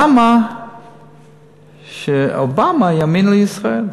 למה שאובמה יאמין לישראל?